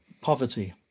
poverty